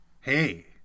hey